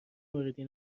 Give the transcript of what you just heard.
موردی